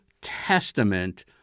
Testament